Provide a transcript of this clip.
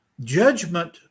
judgment